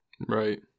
Right